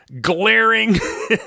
glaring